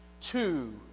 two